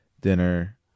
dinner